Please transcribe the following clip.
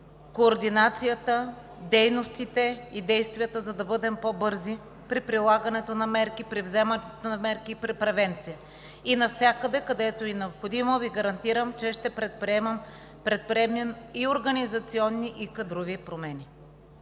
координацията, дейностите и действията, за да бъдем по-бързи при прилагането на мерки, при вземането на мерки и при превенция. Навсякъде, където е необходимо, Ви гарантирам, че ще предприемем организационни и кадрови промени.